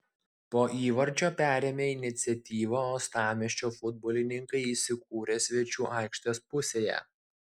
po įvarčio perėmę iniciatyvą uostamiesčio futbolininkai įsikūrė svečių aikštės pusėje